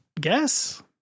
guess